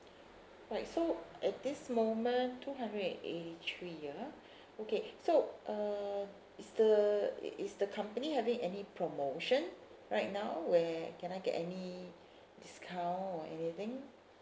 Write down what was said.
right so at this moment two hundred and eighty three ah okay so uh is the is the company having any promotion right now where can I get any discount or anything